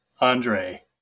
Andre